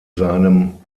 seinem